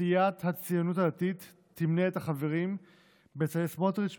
סיעת הציונות הדתית תמנה את החברים בצלאל סמוטריץ',